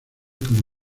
cómo